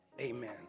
amen